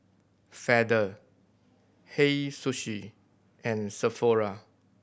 Feather Hei Sushi and Sephora